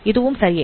இதுவும் சரியே